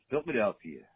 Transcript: Philadelphia